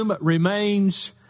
remains